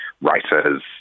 writers